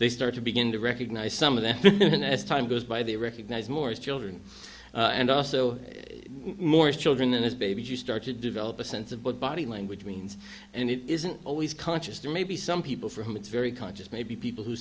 they start to begin to recognize some of their own as time goes by they recognize more as children and also more children and as babies you start to develop a sense of but body language means and it isn't always conscious there may be some people for whom it's very conscious maybe people who